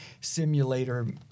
simulator